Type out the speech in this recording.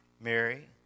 Mary